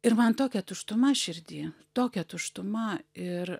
ir man tokia tuštuma širdy tokia tuštuma ir